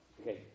Okay